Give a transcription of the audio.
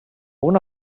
una